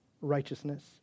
righteousness